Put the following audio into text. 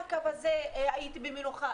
בקו הזה הייתי במנוחה,